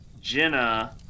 Jenna